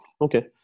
Okay